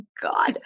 God